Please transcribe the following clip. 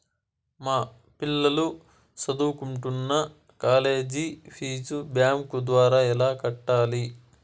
మా పిల్లలు సదువుకుంటున్న కాలేజీ ఫీజు బ్యాంకు ద్వారా ఎలా కట్టాలి?